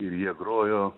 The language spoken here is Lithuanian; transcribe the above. ir jie grojo